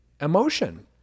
emotion